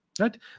right